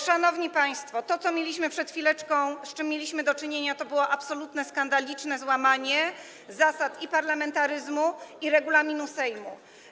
Szanowni państwo, to, z czym przed chwileczką mieliśmy do czynienia, to było absolutne, skandaliczne złamanie zasad i parlamentaryzmu, i regulaminu Sejmu.